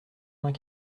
vingt